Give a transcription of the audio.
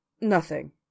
Nothing